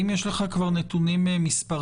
האם יש לך כבר נתונים מספריים?